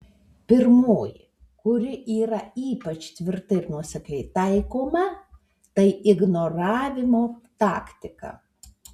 pirmoji kuri yra ypač tvirtai ir nuosekliai taikoma tai ignoravimo taktika